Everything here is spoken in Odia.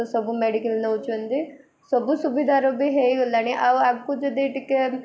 ସବୁ ମେଡ଼ିକାଲ ନେଉଛନ୍ତି ସବୁ ସୁବିଧାର ବି ହେଇଗଲାଣି ଆଉ ଆଗକୁ ଯଦି ଟିକେ